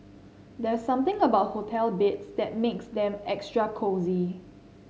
there's something about hotel beds that makes them extra cosy